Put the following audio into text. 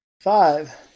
five